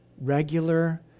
regular